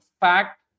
fact